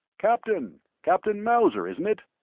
captain! captain mauser, isn't it?